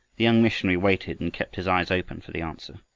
the young missionary waited, and kept his eyes open for the answer.